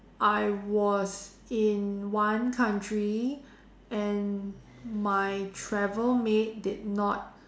I was in one country and my travel mate did not